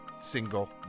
single